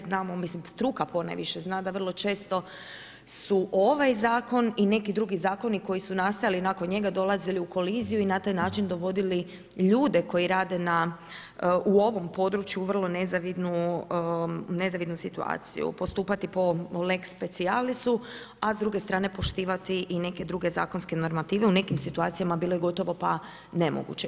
Znamo, mislim struka ponajviše zna da vrlo često su ovaj Zakon i neki drugi zakoni koji su nastajali nakon njega dolazili u koliziju i na taj način dovodili ljudi koji rade na u ovom području vrlo nezavidnu situaciju postupati po lex-specialisu, a s druge strane poštivati i neke druge zakonske normative u nekim situacijama bilo je gotovo pa nemoguće.